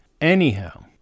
Anyhow